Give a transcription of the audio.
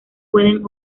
pueden